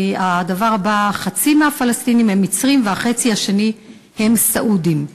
הדבר הבא: חצי מהפלסטינים הם מצרים והחצי השני הם סעודים.